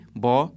bo